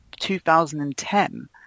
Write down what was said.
2010